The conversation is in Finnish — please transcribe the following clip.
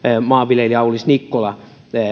maanviljelijä aulis nikkola